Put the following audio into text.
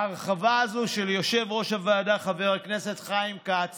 ההרחבה הזו של יושב-ראש הוועדה חבר הכנסת חיים כץ